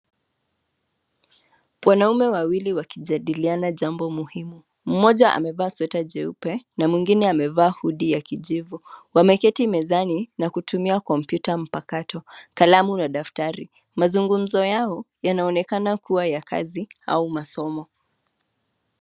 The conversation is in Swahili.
Wanaume wawili wakijadiliana jambo muhimu. Mmoja amevaa sweta jeupe, na mwingine amevaa hoodie ya kijivu. Wameketi mezani na kutumia kompyuta mpakato, kalamu na daftari. Mazungumzo yao yanaonekana kuwa ya kazi au masomo.